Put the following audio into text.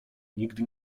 nigdy